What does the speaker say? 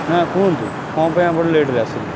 ନା କୁହନ୍ତୁ କ'ଣ ପାଇଁ ଆପଣ ଲେଟ୍ରେ ଆସିଲେ